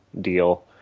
deal